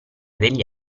degli